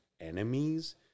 enemies